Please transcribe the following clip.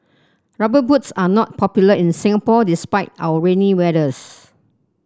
rubber boots are not popular in Singapore despite our rainy weathers